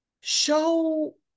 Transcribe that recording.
Show